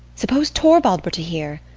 suppose torvald were to hear!